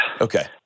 Okay